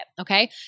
Okay